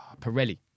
Pirelli